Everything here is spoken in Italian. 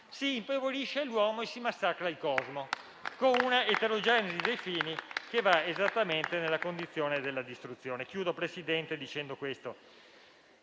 si impoverisce l'uomo e si massacra il cosmo, con una eterogenesi dei fini che va esattamente verso la distruzione.